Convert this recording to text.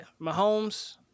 Mahomes